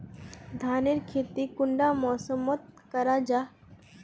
धानेर खेती कुंडा मौसम मोत करा जा?